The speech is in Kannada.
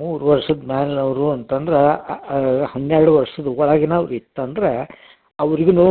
ಮೂರು ವರ್ಷದ ಮೇಲಿನೋರು ಅಂತಂದ್ರೆ ಹನ್ನೆರಡು ವರ್ಷದ ಒಳಗಿನೋರು ಇತ್ತು ಅಂದರೆ ಅವ್ರಿಗೂನು